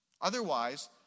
Otherwise